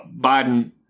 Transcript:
biden